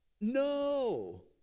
No